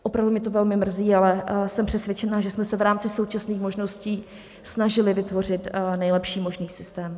Opravdu mě to velmi mrzí, ale jsem přesvědčena, že jsme se v rámci současných možností snažili vytvořit nejlepší možný systém.